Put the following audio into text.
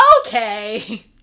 okay